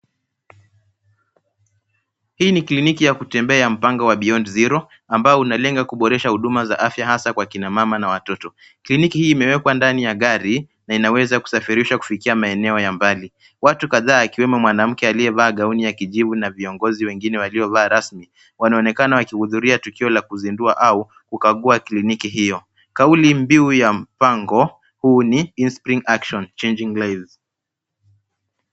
Hii ni kliniki ya kutembea ya mpango wa Beyond Zero, ambao unalenga kuboresha huduma za afya hasa kwa kina mama na watoto. Kliniki hii imewekwa ndani ya gari na inaweza kusafirishwa kufikia maeneo ya mbali. Watu kadhaa akiwemo mwanamke aliyevaa gauni ya kijivu na viongozi wengine waliovaa rasmi, wanaonekana wakihudhuria tukio la kuzindua au kukagua kliniki hiyo. Kauli mbiu ya mpango huu ni Inspiring Action, Changing Lives .